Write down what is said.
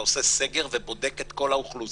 אתה עושה סגר ובודק את כל האוכלוסייה